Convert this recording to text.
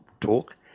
talk